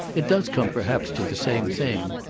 it does come perhaps to the same thing.